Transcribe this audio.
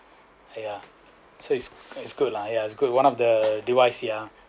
yeah so is is good lah ya is good one of the device ya